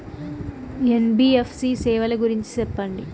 NBFC సేవల గురించి సెప్పండి?